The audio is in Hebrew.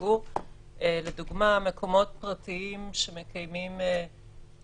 לבידוד מטעם המדינה וצווי סגירה מנהליים) (הוראת שעה),